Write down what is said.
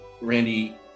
Randy